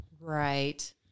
Right